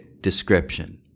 description